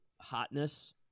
hotness